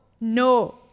No